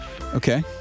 Okay